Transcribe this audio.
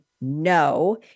no